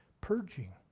purging